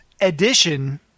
edition